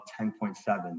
10.7